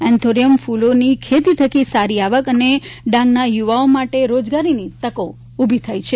anthurium ફ઼લોની ખેતી થકી સારી આવક અને ડાંગના યુવાનો માટે રોજગારીની તકો ઊભી થઈ છે